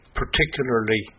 particularly